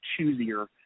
choosier